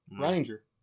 Ranger